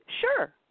sure